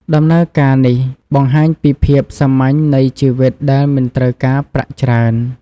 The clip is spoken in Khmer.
ដំណើរការនេះបង្ហាញពីភាពសាមញ្ញនៃជីវិតដែលមិនត្រូវការប្រាក់ច្រើន។